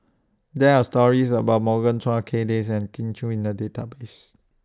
There Are stories about Morgan Chua Kay Das and Kin Chui in The Database